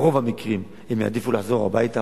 ברוב המקרים הם יעדיפו לחזור הביתה.